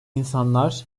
insanlar